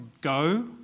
go